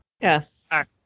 Yes